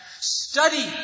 Study